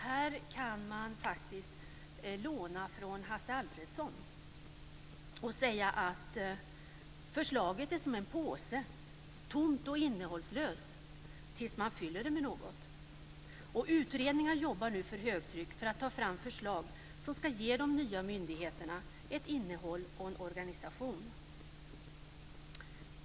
Här kan man faktiskt låna från Hasse Alfredson och säga att förslaget är som en påse: tomt och innehållslöst tills man fyller det med något. Utredningar jobbar nu för högtryck för att ta fram förslag som ska ge de nya myndigheterna ett innehåll och en organisation.